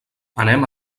anem